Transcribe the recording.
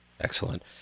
Excellent